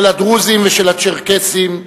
של הדרוזים ושל הצ'רקסים,